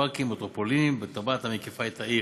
פארקים מטרופוליניים בטבעת המקיפה את העיר.